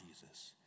Jesus